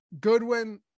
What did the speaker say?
Goodwin